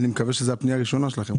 אני מקווה שזו הפנייה הראשונה שלכם.